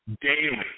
daily